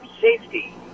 safety